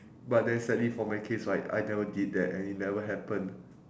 but then sadly for my case right I never did that and it never happen